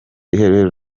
iheruheru